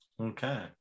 Okay